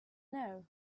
know